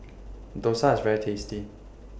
Dosa IS very tasty